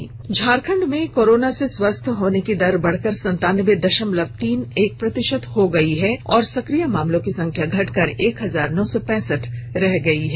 Jharkhand corona Jharkhand में corona से स्वस्थ होने की दर बढ़कर संतानबे दशमलव तीन एक प्रतिशत पहंच गई है और सक्रिय मामलों की संख्या घटकर एक हजार नौ सौ पैंसठ रह गई है